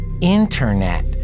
internet